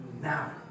Now